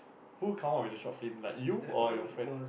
who come out with the short film like you or your friend